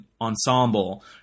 ensemble